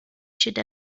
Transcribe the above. should